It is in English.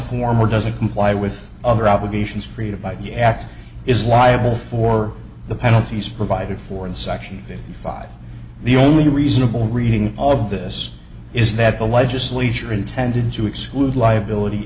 form or doesn't comply with other obligations freeda by the act is liable for the penalties provided for in section fifty five the only reasonable reading of this is that the legislature intended to exclude liability